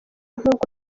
nkuko